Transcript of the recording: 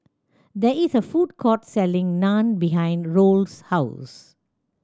there is a food court selling Naan behind Roll's house